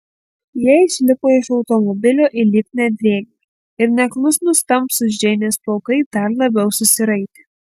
jie išlipo iš automobilio į lipnią drėgmę ir neklusnūs tamsūs džeinės plaukai dar labiau susiraitė